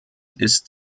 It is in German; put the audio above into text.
ist